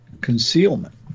concealment